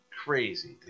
Crazy